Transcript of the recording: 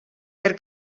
per